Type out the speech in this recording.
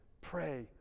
pray